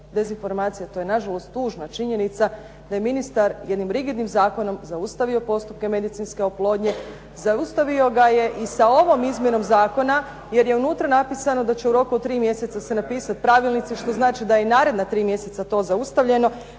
dezinformacija. To je na žalost tužna činjenica da je ministar jednim rigidnim zakonom zaustavio postupke medicinske oplodnje. Zaustavio ga je i sa ovom izmjenom zakona, jer je unutra napisano da će u roku od 3 mjeseca se napisati pravilnici, što znači da je i naredna 3 mjeseca to zaustavljeno.